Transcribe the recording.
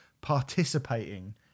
participating